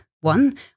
one